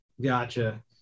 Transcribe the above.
Gotcha